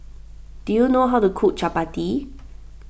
do you know how to cook Chapati